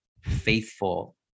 faithful